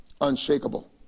unshakable